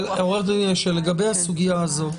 עו"ד אשל, לגבי הסוגיה הזאת.